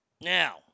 Now